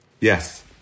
Yes